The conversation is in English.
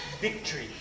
victory